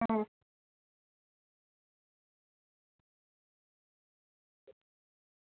હ